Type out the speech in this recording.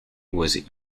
was